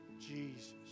Jesus